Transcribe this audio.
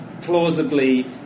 Plausibly